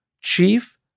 Chief